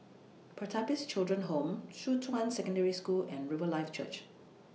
Pertapis Children Home Shuqun Secondary School and Riverlife Church